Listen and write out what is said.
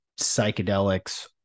psychedelics